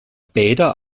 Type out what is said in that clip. bäder